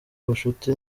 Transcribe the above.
ubucuti